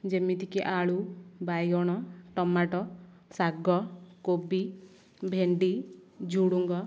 ଯେମିତି କି ଆଳୁ ବାଇଗଣ ଟମାଟୋ ଶାଗ କୋବି ଭେଣ୍ଡି ଝୁଡ଼ଙ୍ଗ